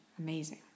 amazing